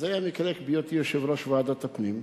וזה מקרה שהיה בהיותי יושב-ראש ועדת הפנים,